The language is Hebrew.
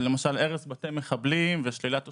אז למשל בהרס בתי מחבלים ושלילת תושבות,